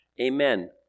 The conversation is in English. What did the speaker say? Amen